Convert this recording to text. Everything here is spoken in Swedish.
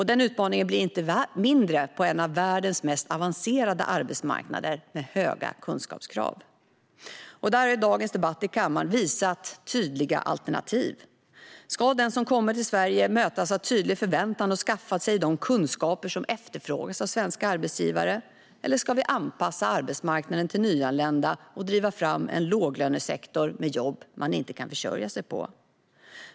Den utmaningen blir inte mindre på en av världens mest avancerade arbetsmarknader med höga kunskapskrav. Där har dagens debatt i kammaren visat tydliga alternativ. Ska den som kommer till Sverige mötas av tydlig förväntan och skaffa sig de kunskaper som efterfrågas av svenska arbetsgivare? Eller ska vi anpassa arbetsmarknaden till nyanlända och driva fram en låglönesektor med jobb som man inte kan försörja sig på?